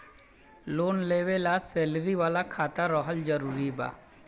Loan लेवे ला salary वाला खाता रहल जरूरी बा?